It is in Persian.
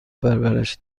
پرورش